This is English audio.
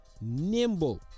Nimble